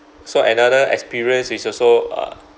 so another experience which also uh